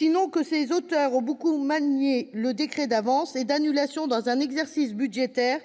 n'est que ses auteurs ont beaucoup manié le décret d'avance et d'annulation des crédits. Cet exercice budgétaire